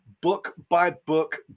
book-by-book